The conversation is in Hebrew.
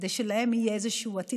כדי שלהן יהיה איזשהו עתיד.